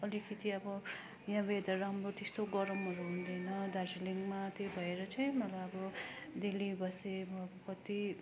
अलिकति अब यहाँ वेदर राम्रो त्यस्तो गरमहरू हुँदैन दार्जिलिङमा त्यो भएर चाहिँ मलाई अब दिल्ली बसेँ म कति